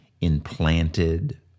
implanted